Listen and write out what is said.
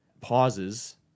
pauses